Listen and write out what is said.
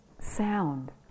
sound